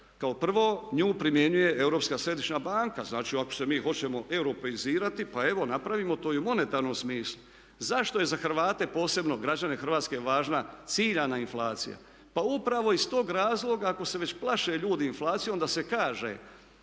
Kao prvo nju primjenjuje Europska središnja banka. Znači ako se mi hoćemo europeizirati pa evo napravimo to i u monetarnom smislu. Zašto je za Hrvate, posebno građane Hrvatske, važna ciljana inflacija? Pa upravo iz tog razloga ako se već plaše ljudi inflacije onda se kaže